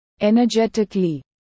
Energetically